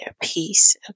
peace